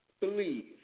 believe